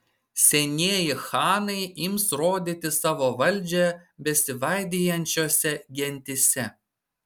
senieji chanai ims rodyti savo valdžią besivaidijančiose gentyse